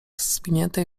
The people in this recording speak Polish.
zwiniętej